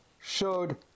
showed